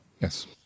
Yes